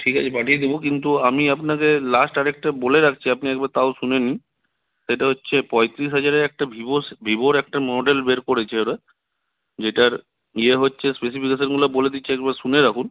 ঠিক আছে পাঠিয়ে দেবো কিন্তু আমি আপনাকে লাস্ট আর একটা বলে রাখছি আপনি একবার তাও শুনে নিন সেটা হচ্ছে পঁইত্রিশ হাজারের একটা ভিভোর সে ভিভোর একটা মডেল বের করেছে ওরা যেটার ইয়ে হচ্ছে স্পেসিফিকেশানগুলো বলে দিচ্ছি একবার শুনে রাখুন